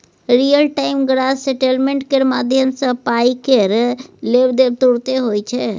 real time gross settlement केर माध्यमसँ पाइ केर लेब देब तुरते होइ छै